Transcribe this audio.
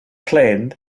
plane